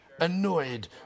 annoyed